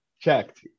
checked